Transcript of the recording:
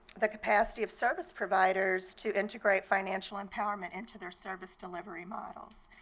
the capacity of service providers to integrate financial empowerment into their service delivery models.